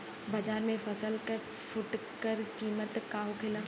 बाजार में फसल के फुटकर कीमत का होखेला?